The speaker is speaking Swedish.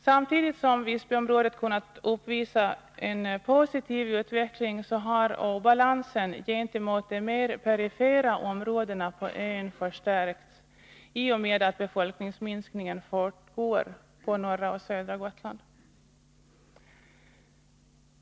Samtidigt som Visbyområdet kunnat uppvisa en positiv utveckling har obalansen gentemot de mer perifera områdena på ön förstärkts i och med att befolkningsminskningen fortgår på norra och södra Gotland.